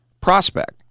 prospect